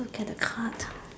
look at the card